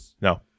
No